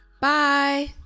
Bye